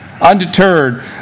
Undeterred